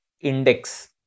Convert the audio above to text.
index